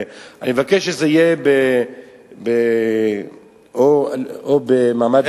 אני מבקש שזה יהיה או במעמד האשה,